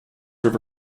river